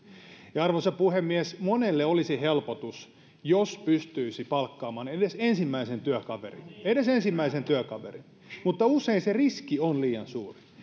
arvoisa puhemies monelle olisi helpotus jos pystyisi palkkaamaan edes ensimmäisen työkaverin edes ensimmäisen työkaverin mutta usein riski on liian suuri